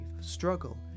struggle